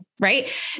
right